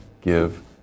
give